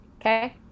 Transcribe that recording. Okay